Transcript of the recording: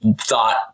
thought